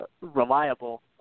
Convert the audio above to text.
reliable